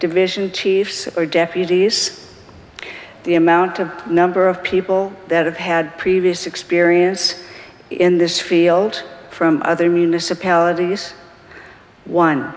division chiefs or deputies the amount of number of people that have had previous experience in this field from other municipalities won